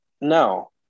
no